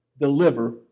deliver